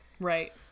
right